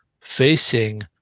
facing